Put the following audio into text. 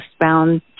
westbound